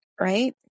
right